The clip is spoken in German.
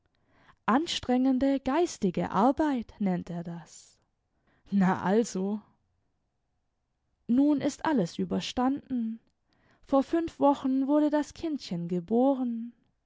anstrengende geistige arbeit nennt er das na also i nun ist alles überstanden vor fünf wochen wurde das kindchen geboren